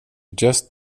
just